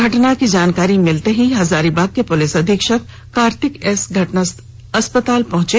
घटना की जानकारी मिलते ही हजारीबाग के पुलिस अधीक्षक कार्तिक एस अस्पताल पहुंचे